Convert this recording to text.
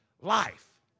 life